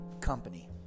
company